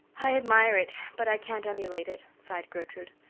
i admire it but i can't emulate it, sighed gertrude.